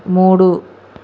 మూడు